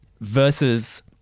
Versus